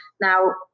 Now